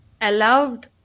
allowed